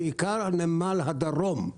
בעיקר בנמל הדרום.